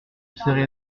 serrer